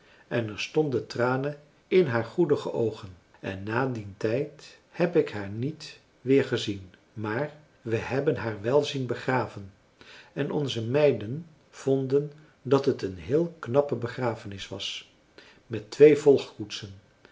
en er stonden tranen in haar goedige oogen en na dien tijd heb ik haar niet weergezien maar we hebben haar wel zien begraven en onze meiden vonden dat het een heel knappe begrafenis was met twee